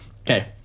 Okay